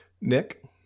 Nick